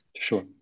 Sure